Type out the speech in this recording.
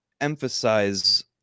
emphasize